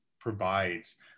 provides